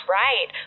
right